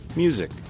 music